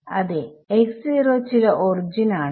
അതെ ചില ഒറിജിൻ ആണ്